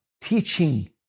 teaching